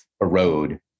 erode